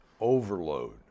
overload